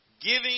giving